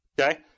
Okay